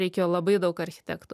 reikėjo labai daug architektų